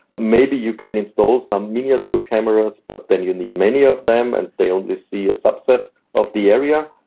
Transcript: maybe you can install some miniature cameras, but then you need many of them and they only see a subset of the area,